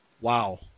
Wow